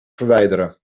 verwijderen